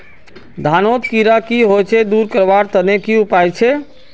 धानोत कीड़ा की होचे दूर करवार तने की उपाय छे?